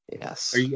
yes